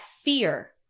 fear